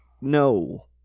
no